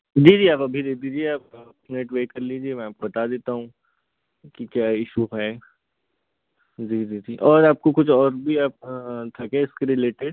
जी जी आप अभी दे दीजिए आप एक मिनट वेट कर लीजिए मैं आपको बता देता हूँ कि क्या इशू है जी जी जी और आपको कुछ और भी था क्या इसके रिलेटेड